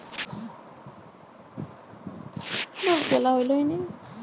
মইধ্য আমেরিকার মেক্সিক অল্চলে ইক সুপুস্পক ডালিয়া জল্মায়